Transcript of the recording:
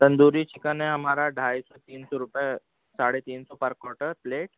tandoori chicken ہے ہمارا ڈھائی سو تین سو روپے ساڑھے تین سو پر کوٹر پلیٹ